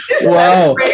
Wow